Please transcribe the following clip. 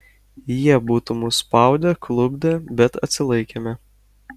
jie būtų mus spaudę klupdę bet atsilaikėme